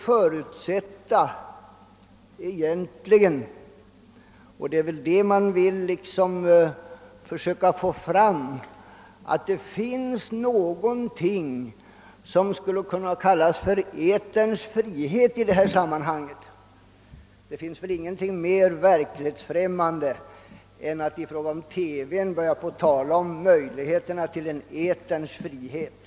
Det talas så mycket om radiomonopolet, men därmed försöker man göra gällande att det är möjligheter till något slags eterns frihet i detta sammanhang. Men det finns väl inget mera verklighetsfrämmande än att på TV-området tala om möjligheter till en eterns frihet.